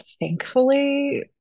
thankfully